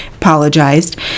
apologized